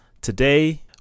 Today